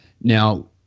Now